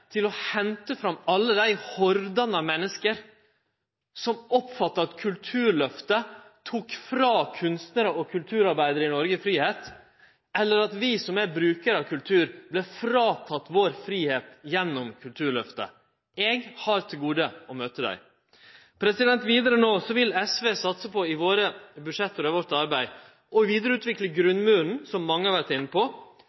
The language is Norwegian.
til å hente fram alle hordane av menneske som oppfattar at Kulturløftet tok frå kunstnarar og kulturarbeidarar i Noreg fridom, eller at vi som er brukarar av kultur vart fråtatt fridomen vår gjennom Kulturløftet. Eg har til gode å møte dei! Vi i SV vil no satse på, i budsjetta våre og i arbeidet vårt, å vidareutvikle grunnmuren, som mange har vore inne på, og